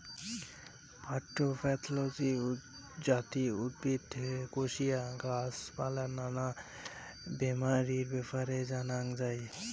plant pathology যাতি উদ্ভিদ, কোশিয়া, গাছ পালার নানা বেমারির ব্যাপারে জানাঙ যাই